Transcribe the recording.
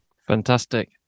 fantastic